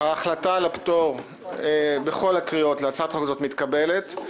ההחלטה על הפטור בכל הקריאות להצעת החוק הזו מתקבלת.